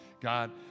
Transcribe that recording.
God